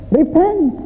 repent